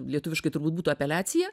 lietuviškai turbūt būtų apeliacija